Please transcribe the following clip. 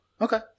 Okay